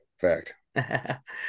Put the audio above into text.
Fact